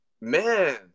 man